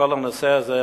לכל הנושא הזה,